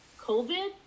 COVID